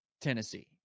Tennessee